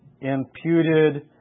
Imputed